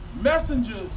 Messengers